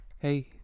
Hey